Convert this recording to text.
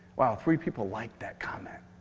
wow three people liked that comment.